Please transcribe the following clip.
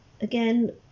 Again